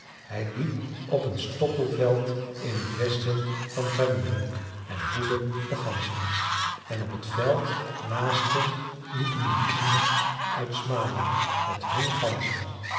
hij liep op een stoppelveld in t westen van vemmenhög en hoedde de ganzen en op het veld naast hem liepen die kinders uit smaland met hùn ganzen